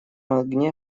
огне